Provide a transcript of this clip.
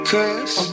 Cause